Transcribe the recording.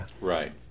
Right